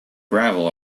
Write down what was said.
gravel